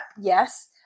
yes